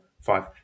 five